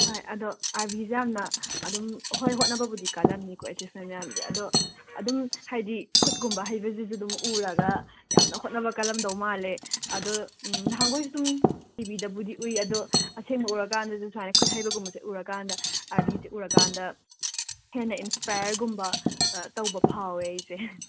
ꯍꯣꯏ ꯑꯗꯣ ꯑꯥꯔꯕꯤꯁꯦ ꯌꯥꯝꯅ ꯑꯗꯨꯝ ꯍꯣꯏ ꯍꯣꯠꯅꯕꯕꯨꯗꯤ ꯀꯜꯂꯝꯅꯤꯀꯣ ꯑꯆꯤꯞꯁꯃꯦꯟ ꯃꯌꯥꯝꯖꯦ ꯑꯗꯣ ꯑꯗꯨꯝ ꯍꯥꯏꯗꯤ ꯈꯨꯠꯀꯨꯝꯕ ꯍꯩꯕꯁꯤꯁꯨ ꯑꯗꯨꯝ ꯎꯔꯒ ꯌꯥꯝꯅ ꯍꯣꯠꯅꯕ ꯀꯜꯂꯝꯗꯧ ꯃꯥꯜꯂꯦ ꯑꯗꯣ ꯅꯍꯥꯡꯒꯣꯏꯁꯨ ꯑꯗꯨꯝ ꯇꯤꯕꯤꯗꯕꯨꯗꯤ ꯎꯏ ꯑꯗꯣ ꯑꯁꯦꯡꯕ ꯎꯔꯀꯥꯟꯗꯁꯨ ꯁꯨꯃꯥꯏꯅ ꯈꯨꯠ ꯍꯩꯕꯒꯨꯝꯕꯁꯦ ꯎꯔꯀꯥꯟꯗ ꯑꯥꯔꯕꯤꯁꯦ ꯎꯔ ꯀꯥꯟꯗ ꯍꯦꯟꯅ ꯏꯟꯁꯄꯥꯏꯌꯔꯒꯨꯝꯕ ꯇꯧꯕ ꯐꯥꯎꯋꯦ ꯑꯩꯁꯦ